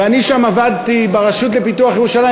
ואני עבדתי שם ברשות לפיתוח ירושלים,